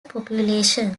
population